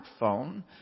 smartphone